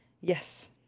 Yes